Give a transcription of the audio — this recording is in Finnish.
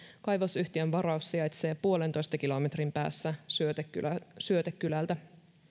kaivosyhtiön varaus sijaitsee puolentoista kilometrin päässä syötekylältä syötekylältä